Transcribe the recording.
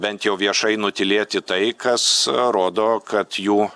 bent jau viešai nutylėti tai kas rodo kad jų